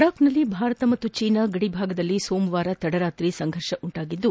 ಲಡಾಕ್ನಲ್ಲಿ ಭಾರತ ಮತ್ತು ಚೀನಾ ಗಡಿ ಭಾಗದಲ್ಲಿ ಸೋಮವಾರ ತಡರಾತ್ರಿ ಸಂಘರ್ಷ ಉಂಟಾಗಿದ್ದು